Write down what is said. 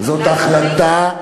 יודע שההחלטה הזאת